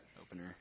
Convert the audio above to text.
opener